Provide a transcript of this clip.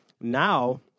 now